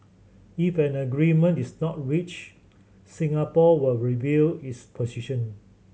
if an agreement is not reached Singapore will review its position